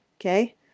okay